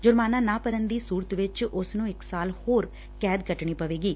ਜੁਰਮਾਨਾ ਨਾ ਭਰਨ ਦੀ ਸੂਰਤ ਵਿਚ ਉਸ ਨੂੰ ਇਕ ਸਾਲ ਹੋਰ ਕੈਦ ਕੋਟਣੀ ਪਵੇਗੀ